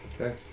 Okay